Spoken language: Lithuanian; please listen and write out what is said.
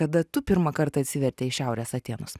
kada tu pirmą kartą atsivertei šiaurės atėnus